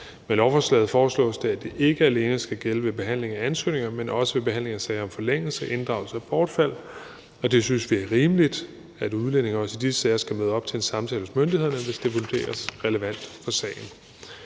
Med lovforslaget foreslås det, at det ikke alene skal gælde ved behandling af ansøgninger, men også ved behandling af sager om forlængelse, inddragelse og bortfald, og der synes vi, det er rimeligt, at udlændinge også i de sager skal møde op til en samtale hos myndighederne, hvis det vurderes relevant for sagen.